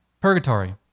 purgatory